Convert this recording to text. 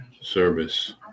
service